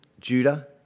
judah